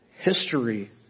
History